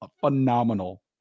phenomenal